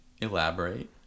Elaborate